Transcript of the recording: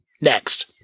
Next